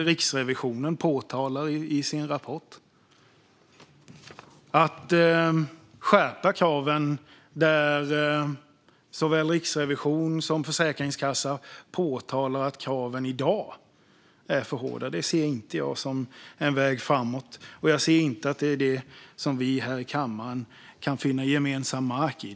Riksrevisionen påtalar också detta i sin rapport. Att skärpa kraven när såväl riksrevision som försäkringskassa påtalar att kraven i dag är för hårda ser inte jag som en väg framåt. Jag ser inte heller att det är något där vi här i kammaren kan finna gemensam mark.